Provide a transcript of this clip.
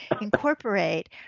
incorporate